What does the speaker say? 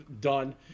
Done